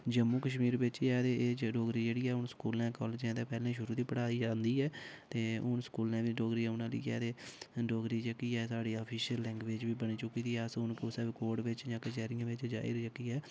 जम्मू कश्मीर बिच्च च ऐ डोगरी जेह्ड़ी ऐ उन्नी स्कूल कॉलेज़ पैह्ले शुरू दी पढ़ाई जांदी ऐ ते हून स्कूलें दी डोगरी हूनै लियै ते डोगरी जेह्की ऐ साढ़ी ऑफिशल लैंगवेज़ बनी चुकी दी अस हून कुसै बी कोर्ट च बिच्च जां कचैरियें बिच्च जेह्की ऐ